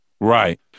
Right